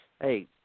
hey